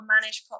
managed